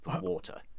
water